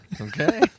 Okay